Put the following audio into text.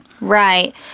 Right